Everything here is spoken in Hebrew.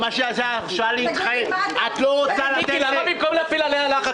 מה אתה מציע לעשות, לא להביא העברות?